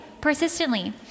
persistently